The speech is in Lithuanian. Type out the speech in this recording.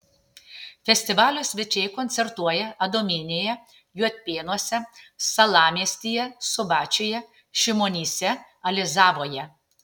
festivalio svečiai koncertuoja adomynėje juodpėnuose salamiestyje subačiuje šimonyse alizavoje